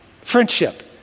Friendship